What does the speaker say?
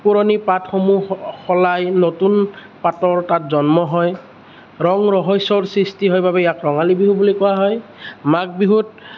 পুৰণি পাতসমূহ স সলাই নতুন পাতৰ তাত জন্ম হয় ৰং ৰহস্যৰ সৃষ্টি হয় বাবে ইয়াক ৰঙালী বিহু বুলি কোৱা হয় মাঘ বিহুত